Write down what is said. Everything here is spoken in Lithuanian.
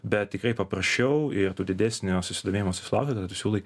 bet tikrai paprasčiau ir tu didesnio susidomėjimo susilauki kada tu siūlai